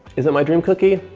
is it my dream cookie?